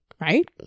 right